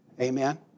Amen